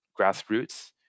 grassroots